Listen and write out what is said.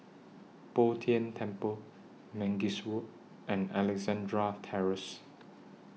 Bo Tien Temple Mangis Road and Alexandra Terrace